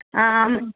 ஆ ஆமாங்க